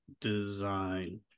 design